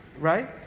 Right